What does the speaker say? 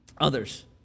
others